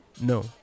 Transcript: no